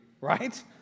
right